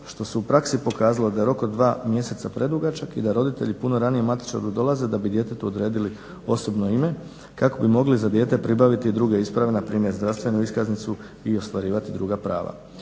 što se u praksi pokazalo da je rok od 2 mjeseca predugačak i da roditelji puno ranije matičaru dolaze da bi djetetu odredili osobno ime kako bi mogli za dijete pribaviti i druge isprave, npr. zdravstvenu iskaznicu i ostvarivati druga prava.